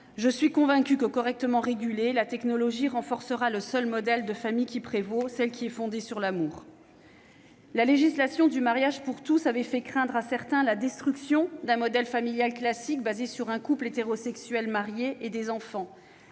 je suis convaincue que, correctement régulée, la technologie renforcera le seul modèle familial qui prévaut, celui qui est fondé sur l'amour. La légalisation du mariage pour tous avait fait craindre à certains la destruction d'un modèle familial classique, fondé sur un couple hétérosexuel marié et des enfants.